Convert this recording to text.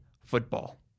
football